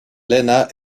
lena